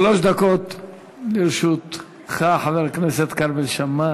שלוש דקות לרשותך, חבר הכנסת כרמל שאמה.